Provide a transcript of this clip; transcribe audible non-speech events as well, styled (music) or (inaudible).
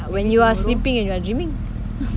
when you are sleeping and you are dreaming (noise)